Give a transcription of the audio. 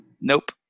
Nope